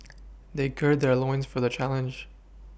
they gird their loins for the challenge